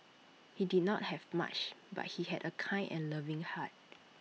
he did not have much but he had A kind and loving heart